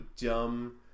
dumb